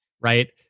right